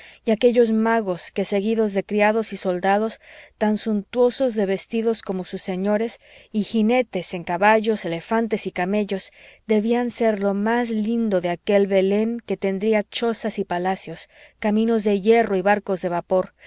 y aquellos magos que seguidos de criados y soldados tan suntuosos de vestidos como sus señores y jinetes en caballos elefantes y camellos debían ser lo más lindo de aquel belén que tendría chozas y palacios caminos de hierro y barcos de vapor